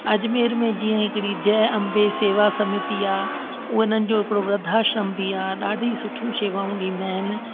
अजमेर में जीअं हिकिड़ी जय अम्बे सेवा समिती आहे उहा उन्हनि जो हिकिड़ो वृधाश्रम बि आहे ॾाढियूं सुठियूं शेवाऊं ॾींदा आहिनि